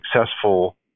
successful